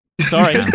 Sorry